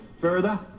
further